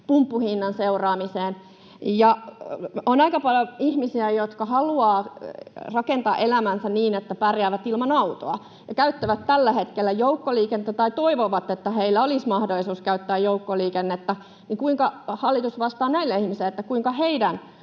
pumppuhinnan seuraamiseen? On aika paljon ihmisiä, jotka haluavat rakentaa elämänsä niin, että pärjäävät ilman autoa ja käyttävät tällä hetkellä joukkoliikennettä tai toivovat, että heillä olisi mahdollisuus käyttää joukkoliikennettä. Kuinka hallitus vastaa näille ihmisille, kuinka heidän